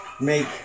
make